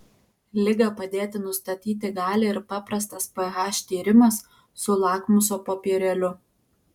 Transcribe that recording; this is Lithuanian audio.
ligą padėti nustatyti gali ir paprastas ph tyrimas su lakmuso popierėliu